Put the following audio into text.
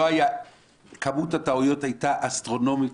כמות הטעויות הייתה אסטרונומית,